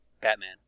Batman